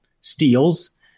steals